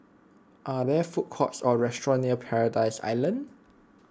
are there food courts or restaurants near Paradise Island